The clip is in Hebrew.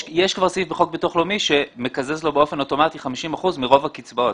יש סעיף בחוק ביטוח לאומי שמקזז לו באופן אוטומטי 50% מרוב הקצבאות.